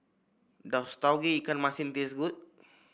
does Tauge Ikan Masin taste good